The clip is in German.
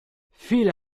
viele